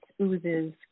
oozes